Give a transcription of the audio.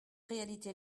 réalité